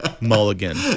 mulligan